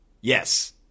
yes